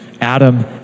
Adam